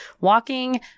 walking